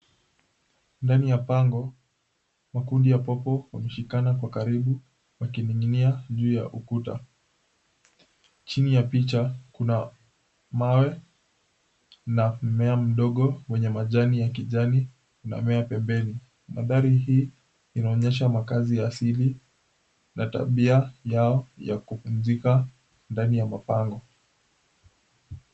Ndani ya pango makundi ya popo wameshikana kwa karibu wakining'inia juu ya ukuta chini ya picha kuna mawe na mmea mdogo wenye majani ya kijani unamea pembeni, maandhari hii inaonyesha makazi ya kiasili na tabia yao ya kupumzika ndani ya mapango.